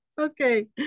okay